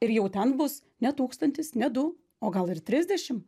ir jau ten bus ne tūkstantis ne du o gal ir trisdešimt